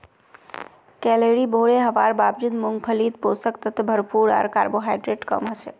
calorie भोरे हवार बावजूद मूंगफलीत पोषक तत्व भरपूर आर कार्बोहाइड्रेट कम हछेक